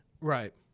Right